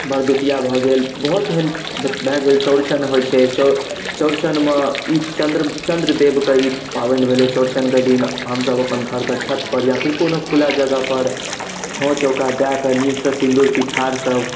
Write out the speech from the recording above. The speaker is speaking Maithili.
भरदुतिआ भऽ गेल बहुत एहन भऽ गेल चौरचन होइ छै चौर चौरचनमे ई चन्द्र चन्द्रदेवके ई पाबनि भेलै चौरचनके दिन हमसभ अपन घरके छतपर या फेर कोनो खुला जगहपर ठाँव चौका दऽ कऽ नीकसँ सिन्दूर पिठारसब